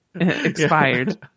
expired